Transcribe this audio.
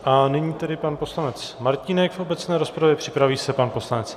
A nyní tedy pan poslanec Martínek v obecné rozpravě, připraví se pan poslanec Třešňák.